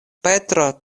petro